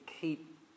keep